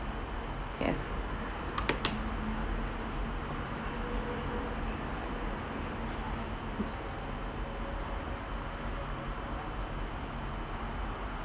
yes